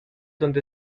donde